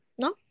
No